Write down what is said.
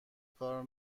کار